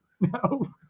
No